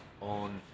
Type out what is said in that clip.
on